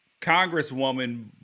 Congresswoman